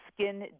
skin